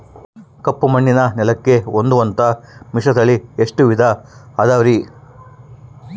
ಕಪ್ಪುಮಣ್ಣಿನ ನೆಲಕ್ಕೆ ಹೊಂದುವಂಥ ಮಿಶ್ರತಳಿ ಎಷ್ಟು ವಿಧ ಅದವರಿ?